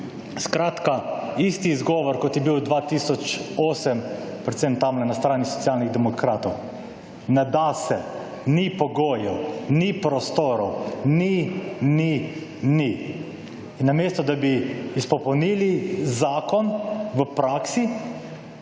Skratka, isti izgovor, kot je bil 2008, predvsem tamle na strani Socialnih demokratov. Ne da se, ni pogojev, ni prostorov, ni, ni, ni. In namesto da bi izpopolnili zakon v praksi,